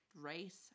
Race